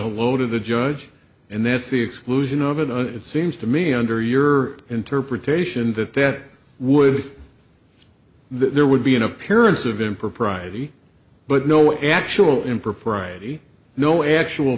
to the judge and that's the exclusion of it and it seems to me under your interpretation that that would there would be an appearance of impropriety but no actual impropriety no actual